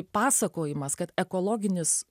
pasakojimas kad ekologinis